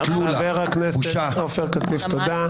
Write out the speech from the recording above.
חברת הכנסת יסמין פרידמן ----- פשוט בושה וחרפה.